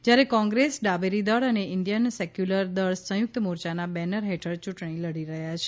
જ્યારે કોંગ્રેસ ડાબેરી દળ અને ઇંડિયન સેક્યુલર દળ સંયુક્ત મોરચાના બેનર હેઠળ ચૂંટણી લડી રહ્યા છે